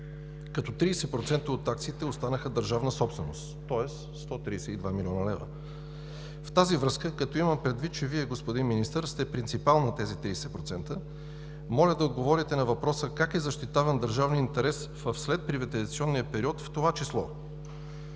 като 30% от акциите останаха държавна собственост, тоест 132 млн. лв. В тази връзка, като имам предвид, че Вие, господин Министър, сте принципал на тези 30%, моля да отговорите на въпроса как е защитаван държавният интерес в следприватизационния период, в това число